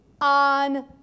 on